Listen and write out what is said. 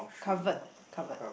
covered covered